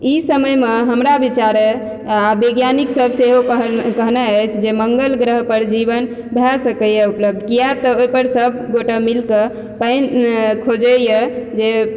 ई समयमे हमरा विचारे वैज्ञानिक सभसँ ई कहना अछि जे मंगल ग्रह पर जीवन भए सकयए उपलब्ध किआ तऽ ओहिपर सभ गोटा मिलके पानि खोजयए जे